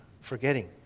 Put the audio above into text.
forgetting